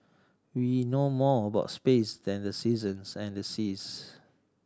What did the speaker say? we know more about space than the seasons and seas